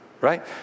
Right